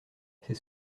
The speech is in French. c’est